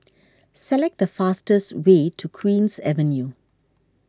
select the fastest way to Queen's Avenue